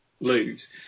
lose